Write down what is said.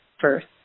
first